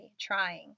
trying